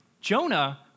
Jonah